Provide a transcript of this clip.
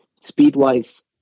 speed-wise